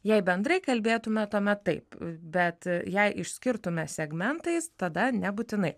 jei bendrai kalbėtume tuomet taip bet jei išskirtume segmentais tada nebūtinai